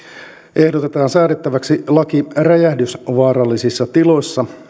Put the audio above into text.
ehdotetaan säädettäväksi laki räjähdysvaarallisissa tiloissa